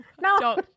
No